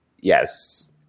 yes